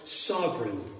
sovereign